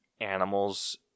animals